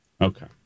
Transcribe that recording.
Okay